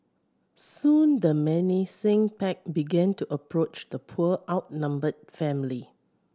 soon the menacing pack began to approach the poor outnumbered family